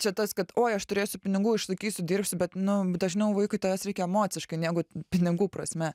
čia tas kad oi aš turėsiu pinigų išlaikysiu dirbsiu bet nu dažniau vaikui tavęs reikia emociškai negu pinigų prasme